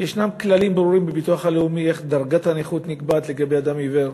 ישנם כללים ברורים בביטוח הלאומי איך דרגת הנכות נקבעת לגבי אדם עיוור,